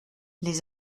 les